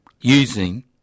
using